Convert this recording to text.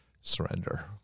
surrender